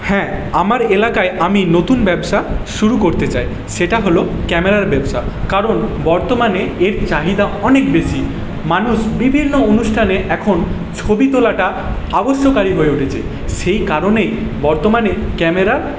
হ্যাঁ আমার এলাকায় আমি নতুন ব্যবসা শুরু করতে চাই সেটা হলো ক্যামেরার ব্যবসা কারণ বর্তমানে এর চাহিদা অনেক বেশি মানুষ বিভিন্ন অনুষ্ঠানে এখন ছবি তোলাটা আবশ্যকারী হয়ে উঠেছে সেই কারণে বর্তমানে ক্যামেরার